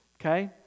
Okay